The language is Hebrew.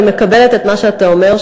אני מקבלת את מה שאתה אומר,